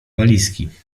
walizki